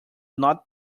not